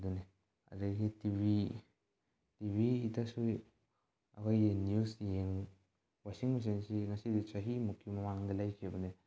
ꯑꯗꯨꯅꯤ ꯑꯗꯒꯤ T V T V ꯑꯩꯈꯣꯏ ꯅ꯭ꯌꯨꯁ ꯌꯦꯡꯕ ꯋꯥꯁꯤꯡ ꯃꯦꯆꯤꯟꯁꯤ ꯉꯁꯤꯗꯒꯤ ꯆꯍꯤ ꯃꯨꯛꯀꯤ ꯃꯃꯥꯡꯗ ꯂꯩꯈꯤꯕꯅꯦ